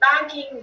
banking